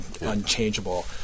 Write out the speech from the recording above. unchangeable